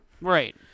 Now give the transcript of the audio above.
Right